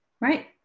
Right